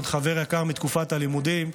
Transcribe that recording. חבר יקר עוד מתקופת הלימודים,